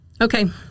Okay